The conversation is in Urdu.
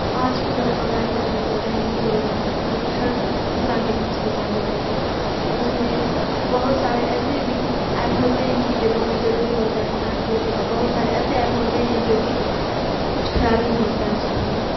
آج کے دور میں موبائل کا بہت زیادہ ہی یوز ہو رہا ہے جو کہ ہر انسان کے پاس ہوتا ہے موبائل اور اس میں بہت سارے ایسے بھی ایپ ہوتے ہیں کہ جو بہت ہی ضروری ہوتا ہے انسان کے لیے اور بہت سارے ایسے ایپ ہوتے ہیں جو کہ کچھ خرابی بھی ہوتا ہے اس ایپ میں